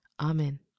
Amen